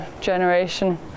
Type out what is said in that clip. generation